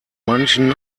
manchen